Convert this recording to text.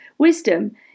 wisdom